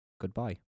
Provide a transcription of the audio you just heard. Goodbye